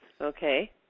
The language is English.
okay